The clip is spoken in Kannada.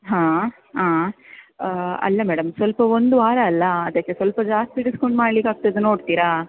ಹಾಂ ಹಾಂ ಅಲ್ಲ ಮೇಡಮ್ ಸ್ವಲ್ಪ ಒಂದು ವಾರ ಅಲ್ವಾ ಅದಕ್ಕೆ ಸ್ವಲ್ಪ ಜಾಸ್ತಿ ಡಿಸ್ಕೌಂಟ್ ಮಾಡ್ಲಿಕ್ಕಾಗ್ತದ ನೋಡ್ತೀರಾ